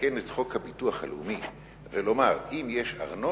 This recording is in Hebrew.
לתקן את חוק הביטוח הלאומי ולומר: אם יש ארנונה,